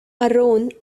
aaron